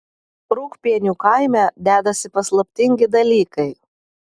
rūgpienių kaime dedasi paslaptingi dalykai